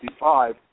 1955